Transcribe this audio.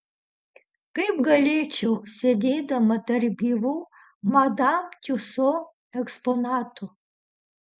kaip galėčiau sėdėdama tarp gyvų madam tiuso eksponatų